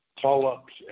call-ups